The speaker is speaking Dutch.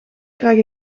krijg